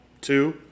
two